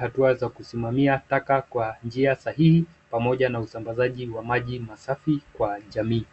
hatua wa kusimamia taka kwa njia sahihi. Pamoja na usambasaji wa maji masafi kwa jamii.